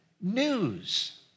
news